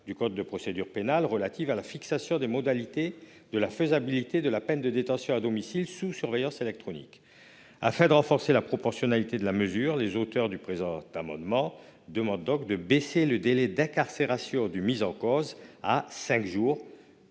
du code de procédure pénale, relatif à la fixation des modalités de la faisabilité de la peine de détention à domicile sous surveillance électronique. Afin de renforcer la proportionnalité de la mesure, les auteurs du présent amendement demandent de baisser le délai d'incarcération du mis en cause à cinq jours,